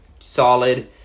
Solid